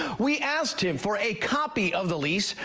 we asked him for a copy of the lease.